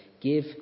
Give